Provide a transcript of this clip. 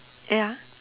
ya